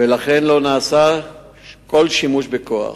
ולכן לא נעשה כל שימוש בכוח,